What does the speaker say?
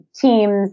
teams